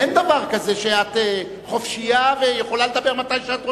אין דבר כזה שאת חופשייה ויכולה לדבר מתי שאת רוצה.